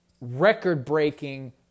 record-breaking